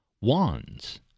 Wands